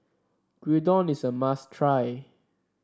gyudon is a must try